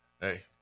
hey –